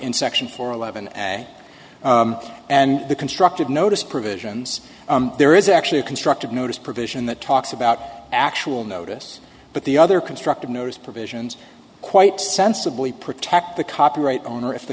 in section four eleven and the constructive notice provisions there is actually a constructive notice provision that talks about actual notice but the other constructive notice provisions quite sensibly protect the copyright owner if the